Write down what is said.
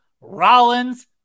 Rollins